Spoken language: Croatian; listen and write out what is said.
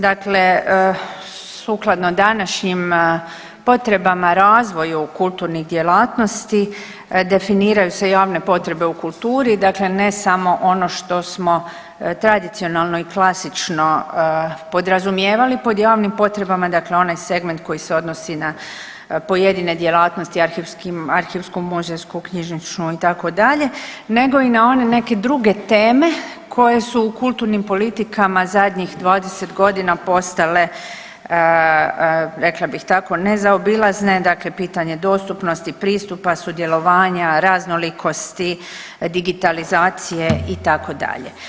Dakle, sukladno današnjim potreba razvoju kulturnih djelatnosti definiraju se javne potrebe u kulturi, dakle ne samo ono što smo tradicionalno i klasično podrazumijevali pod javnim potrebama, dakle onaj segment koji se odnosi na pojedine djelatnosti arhivsku, muzejsku, knjižničnu itd. nego i na one neke druge teme koje su u kulturnim politikama zadnjih 20 godina postale rekla bih tako nezaobilazne, dakle pitanje dostupnosti, pristupa, sudjelovanja, raznolikosti, digitalizacije itd.